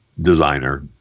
designer